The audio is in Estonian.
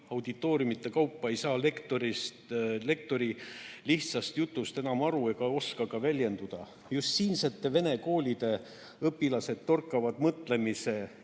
auditooriumide kaupa ei saa lektori lihtsast jutust enam aru ega oska ka väljenduda. Just siinsete vene koolide õpilased torkavad mõtlemise